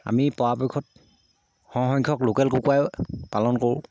আমি পৰাপক্ষত সৰহ সংখ্যক লোকেল কুকুৰা পালন কৰোঁ